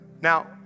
Now